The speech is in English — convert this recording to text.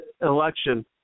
election